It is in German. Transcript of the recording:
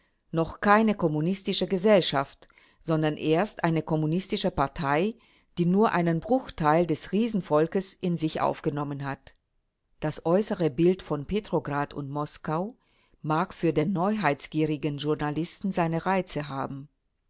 noch keine kommunistische gesellschaft sondern erst eine kommunistische partei die nur einen bruchteil des riesenvolkes in sich aufgenommen hat das äußere bild von petrograd und moskau mag für den neuheitsgierigen journalisten seine reize haben